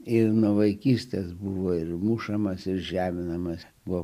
ir nuo vaikystės buvo ir mušamas ir žeminamas buvo